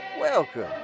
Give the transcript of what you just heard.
Welcome